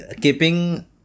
keeping